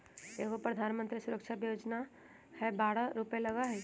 एगो प्रधानमंत्री सुरक्षा बीमा योजना है बारह रु लगहई?